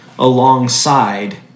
alongside